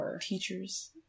teachers